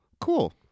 cool